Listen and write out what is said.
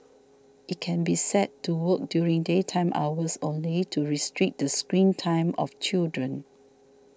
it can be set to work during daytime hours only to restrict the screen time of children